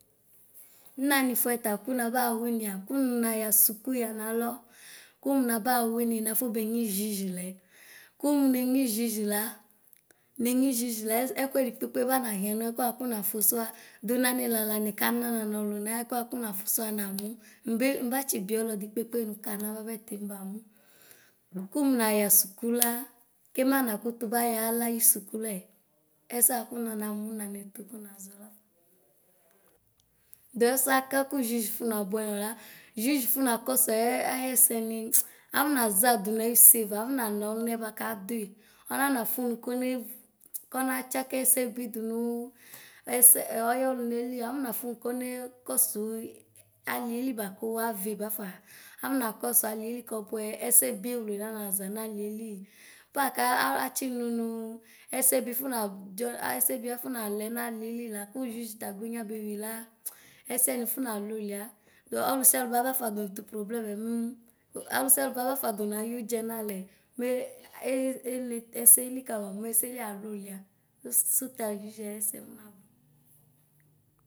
Nanifʋɛ ta kʋnaba winia kʋmʋ nyua sʋkʋ yanalɔ kʋmʋ mabawini nafɔ benyi ɣʋɩj lɛ kʋmʋ nenyi ɣʋɩj la ɛkʋɛdɩ kpekpe bana xianɔta dʋna nayixlala nika na nanɔlʋna ɛkʋwawa nafʋa namʋ mbi nibatsi bia alɔdi kpekpe nʋ kana bʋapɛ tinibamʋ kʋmʋ naya sʋkʋ la kema nakʋtʋ baya ala ayʋ sʋkʋ layɛ ɛsɛ kʋnɔnamʋ nanɛtʋ kʋnazɔ lafa dʋ ɛsɛ aka kʋ ɣuɩj afɔnabʋɛ nɔ la ɣuɩj afɔ nakʋsʋ ayɛsɛ nɩ afɔnaza dʋnʋ ayʋ ʋsʋa adɔna na ɔlʋmɛ bʋakadʋi ɔnanafʋ nʋ kɔne tsakɛsɛ bi dʋnʋ ɛsɛ ayʋ ɔlʋmɛ li afɔna fʋnʋ kɔne kɔsʋ aliɛli bʋakʋ avi nafa afɔna kɔsʋ alieli kɔbʋɛ ɛsɛbi ewle nanaza nadieli paka atsinʋnʋ ɛsɛbi afɔnadzɔ afɔ nalɛ nalieli lakʋ ɣuɩj ta agbenyua bewi la ɛsɛni fɔnalʋlʋa dʋ ɔlʋ siaɔlʋ baba fʋadʋ ayʋ dzɛ nalɛ mɛ ele ɛsɛli kama mɛ ɛsɛli alʋlʋa sʋta ɣuɩj ayɛ.